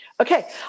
Okay